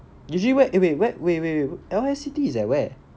usually where eh wait wait wait wait L_S_C_T is at where